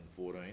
2014